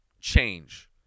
change